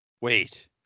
Wait